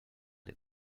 des